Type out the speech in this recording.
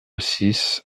six